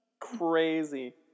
crazy